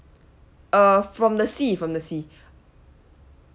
uh from the sea from the sea